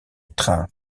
trains